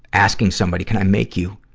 asking somebody, can i make you,